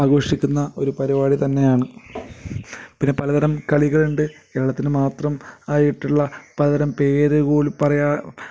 ആഘോഷിക്കുന്ന ഒരു പരിപാടി തന്നെയാണ് പിന്നെ പലതരം കളികളുണ്ട് കേരളത്തിന് മാത്രം ആയിട്ടുള്ള പലതരം പേരുപോലും പറയാൻ